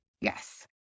yes